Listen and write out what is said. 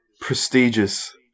prestigious